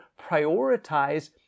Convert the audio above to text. prioritize